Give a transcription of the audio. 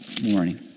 morning